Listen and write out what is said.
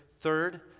Third